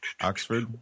Oxford